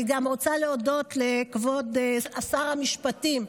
אני רוצה להודות גם לך, כבוד שר המשפטים,